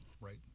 Right